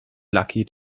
lucky